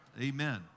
Amen